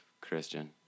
Christian